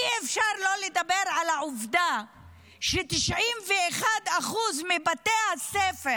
אי-אפשר לא לדבר על העובדה ש-91% מבתי הספר